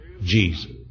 Jesus